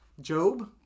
Job